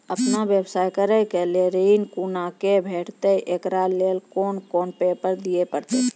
आपन व्यवसाय करै के लेल ऋण कुना के भेंटते एकरा लेल कौन कौन पेपर दिए परतै?